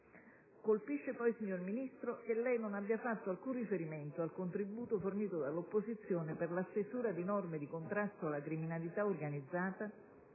Colpisce, poi, signor Ministro, che lei non abbia fatto alcun riferimento al contributo fornito dall'opposizione per la stesura di norme di contrasto alla criminalità organizzata,